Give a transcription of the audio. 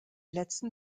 letzten